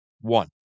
One